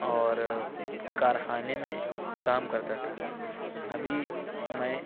اور کارخانے میں کام کرتا تھا ابھی میں